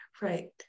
Right